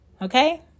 Okay